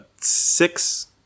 six